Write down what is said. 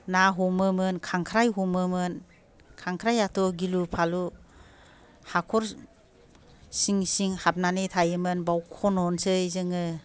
ना हमोमोन खांख्राइ हमोमोन खांख्राइयाथ' गिलु फालु हाख'र सिं सिं हाबनानै थायोमोन बाव खन'सै जोङो